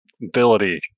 Ability